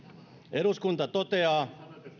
eduskunta toteaa